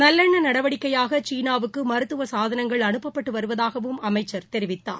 நல்லெண்ண நடவடிக்கையாக சீனாவுக்கு மருத்துவ சாதனங்கள் அனுப்பப்பட்டு வருவதுகவும் அமைச்சர் தெரிவித்தார்